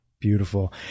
Beautiful